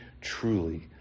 truly